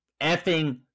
effing